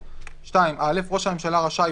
(2) (א)ראש הממשלה רשאי,